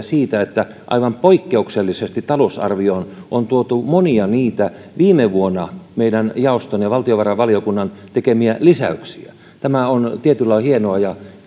siitä että aivan poikkeuksellisesti talousarvioon on tuotu monia niitä meidän jaoston ja valtiovarainvaliokunnan viime vuonna tekemiä lisäyksiä tämä on tietyllä lailla hienoa ja